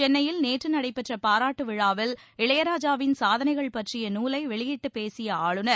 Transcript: சென்னையில் நேற்று நடைபெற்ற பாராட்டு விழாவில் இளையராஜாவின் சாதனைகள் பற்றிய நூலை வெளியிட்டு பேசிய ஆளுநர்